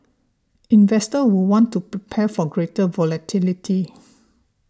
investors will want to prepare for greater volatility